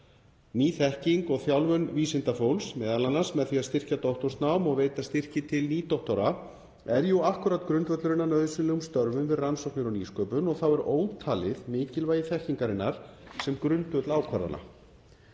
Ný þekking og þjálfun vísindafólks, m.a. með því að styrkja doktorsnám og veita styrki til nýdoktora, er jú akkúrat grundvöllurinn að nauðsynlegum störfum við rannsóknir og nýsköpun og er þá ótalið mikilvægi þekkingarinnar sem grundvallar ákvarðana.